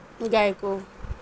گائے کو